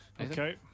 Okay